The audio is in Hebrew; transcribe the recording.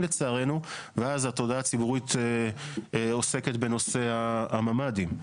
לצערנו ואז התודעה הציבורית עוסקת בנושא הממ"דים.